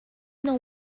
know